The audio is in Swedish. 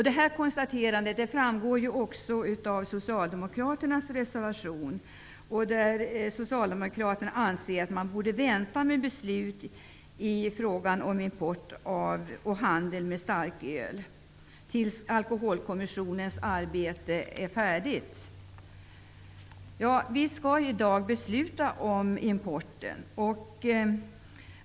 Detta konstateras också i socialdemokraternas reservation, där det framhålls att man bör vänta med beslut i fråga om import och handel med starköl tills Alkoholkommissionens arbete är färdigt. Vi skall i dag fatta beslut beträffande sådan import.